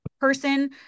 person